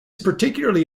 particularly